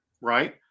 right